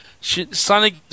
Sonic